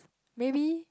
maybe